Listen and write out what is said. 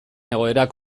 egoerak